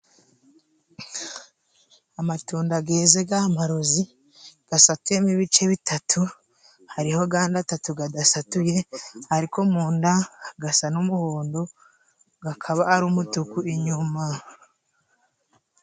Amatunda yeze y'amarozi asatuyemo ibice bitatu, hariho andi atatu adasatuye ariko mu nda hagasa n'umuhondo, akaba ari umutuku inyuma.